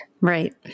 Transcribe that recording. Right